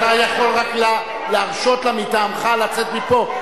אתה יכול רק להרשות לה מטעמך לצאת מפה.